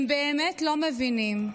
הם באמת לא מבינים,